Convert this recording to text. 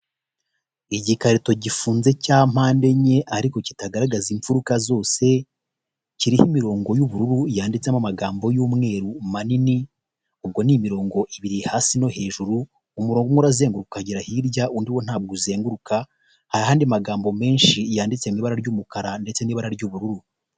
Igikarito gifunze cya mpande enye ariko kitagaragaza imfuruka zose kiriho imirongo y'ubururu yanditsemo amagambo y'umweru manini ubwo ni imirongo ibiri hasi no hejuru, umurongo umwe urazenguruka ukagera hirya, undi wo ntabwo uzenguruka, hari ayandi magambo menshi yanditse mu ibara ry'umukara ndetse n'ibara ry'ubururu.